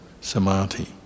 samadhi